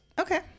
Okay